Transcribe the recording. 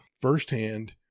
firsthand